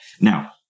Now